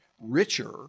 richer